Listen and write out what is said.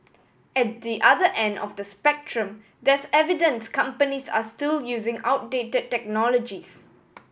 at the other end of the spectrum there's evidence companies are still using outdate technologies